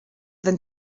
than